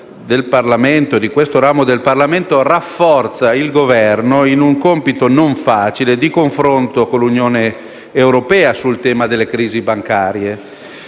ramo del Parlamento, rafforza il Governo in un compito non facile di confronto con l'Unione europea sul tema delle crisi bancarie.